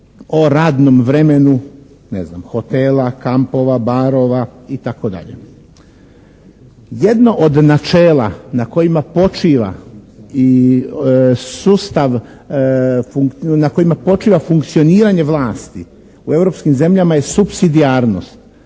o radnom vremenu ne znam hotela, kampova, barova itd. Jedno od načela na kojima počiva i sustav, na kojima počiva funkcioniranje vlasti u europskim zemljama je supsidijarnost.